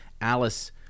Alice